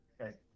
Okay